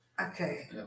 okay